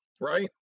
right